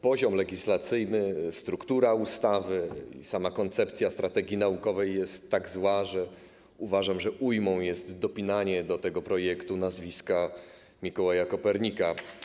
Poziom legislacyjny, struktura ustawy, sama koncepcja strategii naukowej są tak złe, że uważam, że ujmą jest dopinanie do tego projektu nazwiska Mikołaja Kopernika.